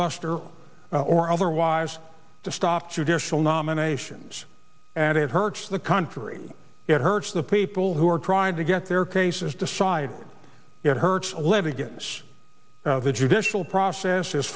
buster or otherwise to stop judicial nominations and it hurts the country it hurts the people who are trying to get their cases decide it hurts let me get this the judicial process is